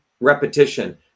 repetition